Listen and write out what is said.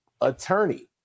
attorney